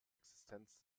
existenz